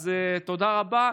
אז תודה רבה.